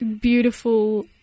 beautiful